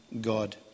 God